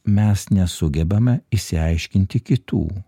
mes nesugebame išsiaiškinti kitų